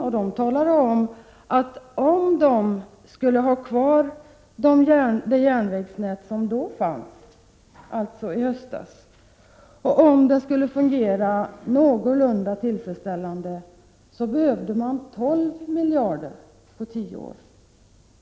SJ framhöll att om man skulle behålla det järnvägsnät som då fanns och om det skulle fungera någorlunda tillfredsställande, så behövde man 12 miljarder på tio år.